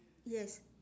yes